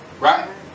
Right